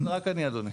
זה רק אני אדוני.